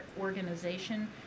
organization